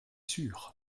sur